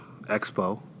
Expo